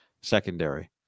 secondary